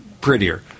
prettier